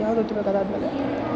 ಯಾವ್ದು ಎತ್ಕೋತಾರ ಆದ ಮೇಲೆ